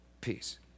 Peace